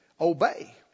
obey